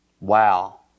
Wow